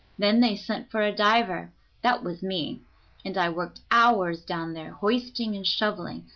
then they sent for a diver that was me and i worked hours down there hoisting and shoveling,